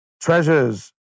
treasures